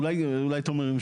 אולי תומר,